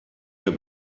der